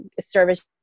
service